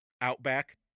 Outback